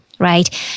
right